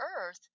earth